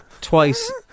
twice